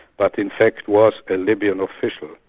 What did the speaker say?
but in fact was a libyan official.